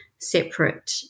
separate